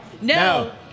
No